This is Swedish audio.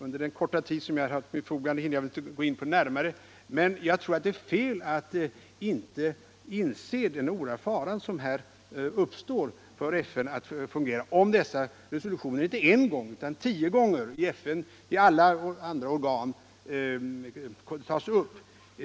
Under den korta tid som står mig till förfogande hinner jag inte närmare gå in på detta, men jag tror att det är fel att inte inse den oerhörda fara för FN:s möjligheter att fungera som uppstår, om dessa resolutioner förs fram inte bara en gång utan kanske tio gånger i alla FN-organ.